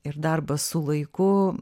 ir darbas su laiku